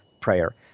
prayer